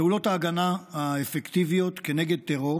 פעולות ההגנה האפקטיביות כנגד טרור